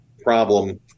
problem